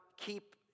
keep